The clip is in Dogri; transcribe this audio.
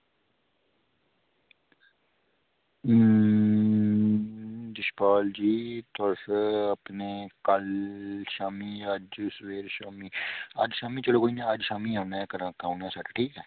यशपाल जी तुस कल्ल सबेरै कल्ल शामीं चलो अज्ज शामीं औना ते सेट कराई औना अज्ज